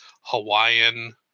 Hawaiian